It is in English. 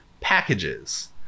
packages